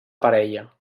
parella